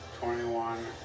twenty-one